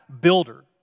builder